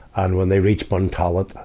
and when they reached burntollet,